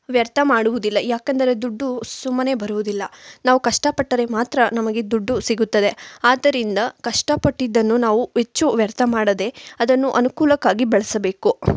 ವ್ಯರ್ಥ ಮಾಡುವುದಿಲ್ಲ ಏಕೆಂದರೆ ದುಡ್ಡು ಸುಮ್ಮನೆ ಬರುವುದಿಲ್ಲ ನಾವು ಕಷ್ಟ ಪಟ್ಟರೆ ಮಾತ್ರ ನಮಗೆ ದುಡ್ಡು ಸಿಗುತ್ತದೆ ಆದ್ದರಿಂದ ಕಷ್ಟ ಪಟ್ಟಿದ್ದನ್ನು ನಾವು ಹೆಚ್ಚು ವ್ಯರ್ಥ ಮಾಡದೆ ಅದನ್ನು ಅನುಕೂಲಕ್ಕಾಗಿ ಬಳಸಬೇಕು